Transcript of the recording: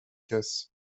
casse